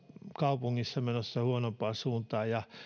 kaupungissa menossa huonompaan suuntaan